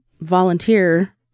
volunteer